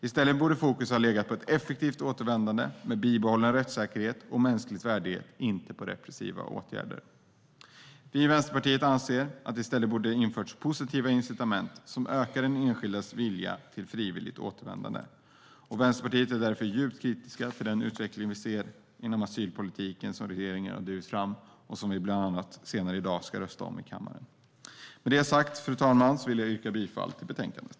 I stället borde fokus ha legat på ett effektivt återvändande med bibehållen rättssäkerhet och mänsklig värdighet, inte på repressiva åtgärder. Vi i Vänsterpartiet anser att det i stället borde ha införts positiva incitament som ökar den enskildas vilja till frivilligt återvändande. Vänsterpartiet är därför djupt kritiskt till den utveckling inom asylpolitiken som regeringen drivit fram och som vi ska rösta om i kammaren senare i dag. Med det sagt, fru talman, vill jag yrka bifall till förslaget.